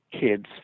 kids